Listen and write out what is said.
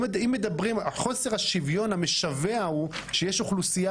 אם מדברים אז חוסר השוויון המשווע הוא שיש אוכלוסייה